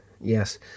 yes